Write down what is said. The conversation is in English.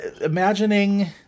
imagining